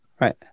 Right